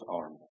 arm